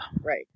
Right